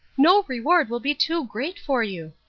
no reward will be too great for you.